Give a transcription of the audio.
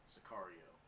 Sicario